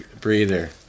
breather